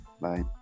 Bye